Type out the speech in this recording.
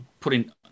putting